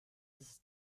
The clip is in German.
ist